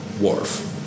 Worf